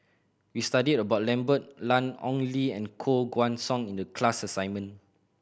we studied about Lambert Ian Ong Li and Koh Guan Song in the class assignment